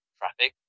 traffic